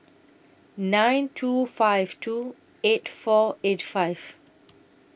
nine two five two eight four eight five